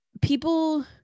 people